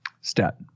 Stat